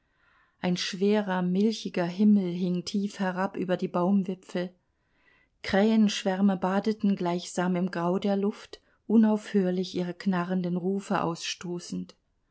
ein schwerer milchiger himmel hing tief herab über die baumwipfel krähenschwärme badeten gleichsam im grau der luft unaufhörlich ihre knarrenden rufe ausstoßend